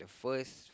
first